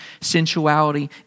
sensuality